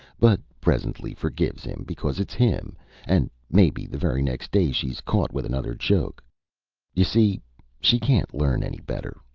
but presently forgives him because it's him and maybe the very next day she's caught with another joke you see she can't learn any better,